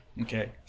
Okay